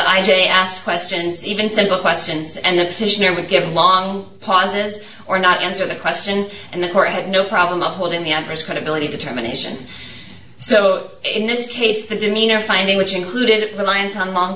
i didn't ask questions even simple questions and a petition would give long pauses or not answer the question and the court had no problem to hold in the adverse credibility determination so in this case the demeanor finding which included reliance on long